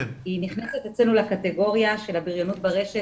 היא נכנסת אצלנו לקטגוריה של הבריונות ברשת